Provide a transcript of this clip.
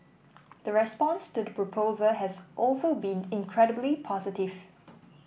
the response to the proposal has also been incredibly positive